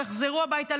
שיחזרו הביתה,